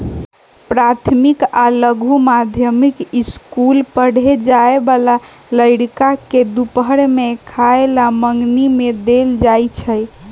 प्राथमिक आ लघु माध्यमिक ईसकुल पढ़े जाय बला लइरका के दूपहर के खयला मंग्नी में देल जाइ छै